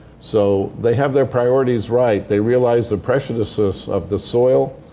so they have their priorities right. they realize the preciousness of the soil.